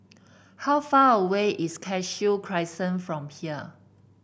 how far away is Cashew Crescent from here